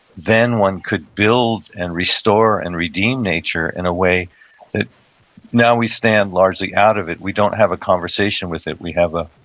then one could build and restore and redeem nature in a way that now we stand largely out of it. we don't have a conversation with it. we have a,